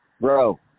Bro